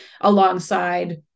alongside